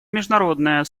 международное